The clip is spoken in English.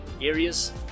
areas